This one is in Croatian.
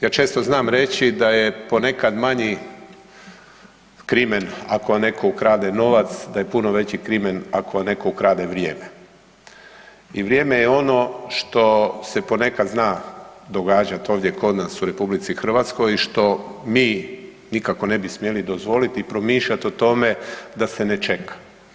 Ja često znam reći da je ponekad manji krimen ako neko ukrade novac, da je puno veći krimen ako neko ukrade vrijeme i vrijeme je ono što se ponekad zna događat ovdje kod nas u RH što mi nikako ne bi smjeli dozvoliti i promišljati o tome da se ne čeka.